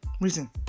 reason